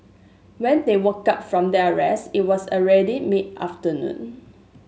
when they woke up from their rest it was already mid afternoon